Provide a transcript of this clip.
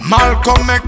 Malcolm